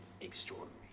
extraordinary